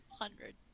hundred